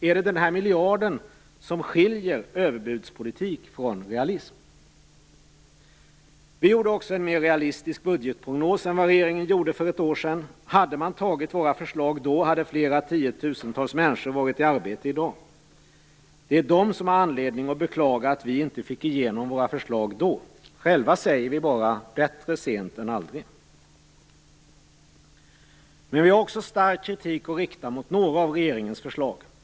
Är det denna miljard som skiljer överbudspolitik från realism? Vi gjorde också en mer realistisk budgetprognos än regeringen för ett år sedan. Om man hade antagit våra förslag då hade flera tiotusental människor varit i arbete i dag. Det är de som har anledning att beklaga att vi inte fick igenom våra förslag då. Själva säger vi bara: Bättre sent än aldrig. Vi har också stark kritik att rikta mot några av regeringens förslag.